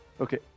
Okay